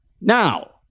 Now